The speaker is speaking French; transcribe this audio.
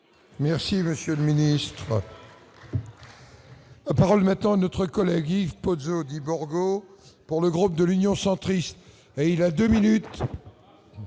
Merci monsieur le ministre.